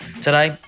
Today